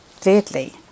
Thirdly